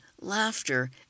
laughter